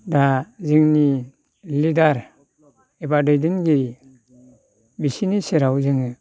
दा जोंनि लिडार एबा दैदेनगिरि बिसोरनि सेराव जोङो